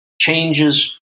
changes